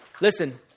Listen